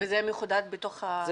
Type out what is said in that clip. וזה מחודד בתוך הסעיפים?